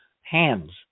hands